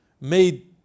made